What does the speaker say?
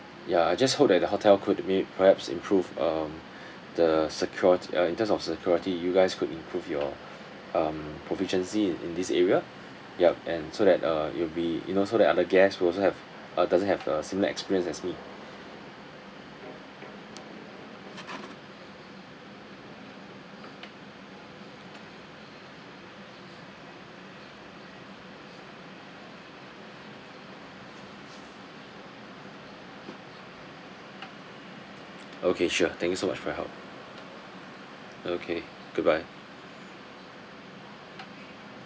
ya I just hope that the hotel could maybe perhaps improve um the secur~ uh in terms of security you guys could improve your um proficiency in in this area yup and so that uh it'll be you know so that other guests who also have uh doesn't have a similar experience as me okay sure thank you so much for your help okay goodbye